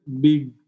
big